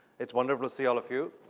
it's wonderful to see all of you.